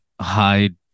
hide